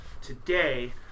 today